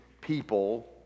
people